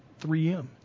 3M